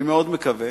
אני מאוד מקווה